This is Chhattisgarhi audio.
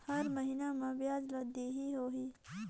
हर महीना मा ब्याज ला देहे होही?